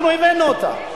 אנחנו הבאנו אותה,